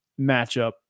matchup